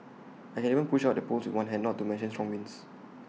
I can even push out the poles with one hand not to mention strong winds